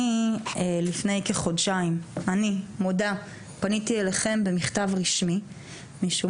אני לפני כחודשיים פניתי אליכם במכתב רשמי משום